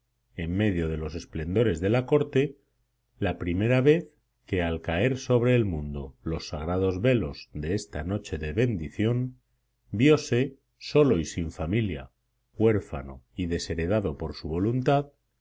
en medio de los esplendores de la corte la vez primera que al caer sobre el mundo los sagrados velos de esta noche de bendición viose solo y sin familia huérfano y desheredado por su voluntad